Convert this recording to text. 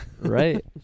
Right